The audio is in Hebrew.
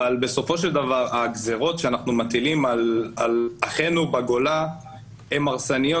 אבל הגזרות שאנחנו מטילים על אחינו בגולה הן הרסניות,